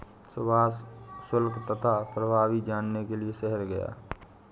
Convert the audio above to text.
सुभाष शुल्क तथा प्रभावी जानने के लिए शहर गया